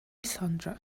sandra